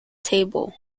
table